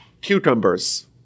cucumbers